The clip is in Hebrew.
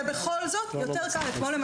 אתמול,